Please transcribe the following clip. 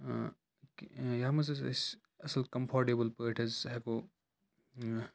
ٲں کہِ یَتھ منٛز حظ أسۍ اَصٕل کَمفٲٹیبٕل پٲٹھۍ ہیٚکو ٲں